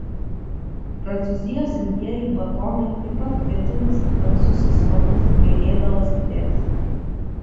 prancūzijos ilgieji batonai taip pat kvietinis ir tamsusis alus bei ėdalas katėms